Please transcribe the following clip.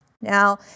Now